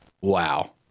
Wow